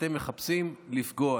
אתם מחפשים לפגוע.